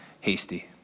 hasty